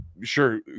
sure